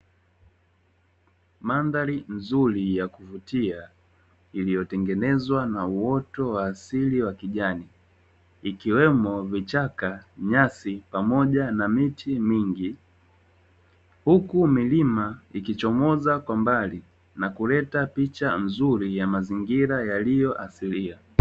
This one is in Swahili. Mandhari nzuri ya kuvutia iliyotengenezwa na uoto wa asili wa kijani, ikiwemo: vichaka, nyasi pamoja na miti mingi. Huku milima ikichomoza kwa mbali na kuleta picha nzuri ya mazingira yaliyo asilia.